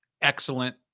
excellent